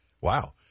Wow